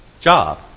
job